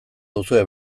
duzue